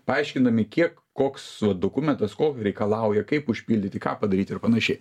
paaiškinami kiek koks dokumentas ko reikalauja kaip užpildyti ką padaryti ir panašiai